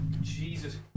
Jesus